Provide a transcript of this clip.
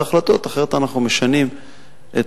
יצירתי,